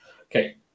Okay